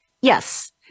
yes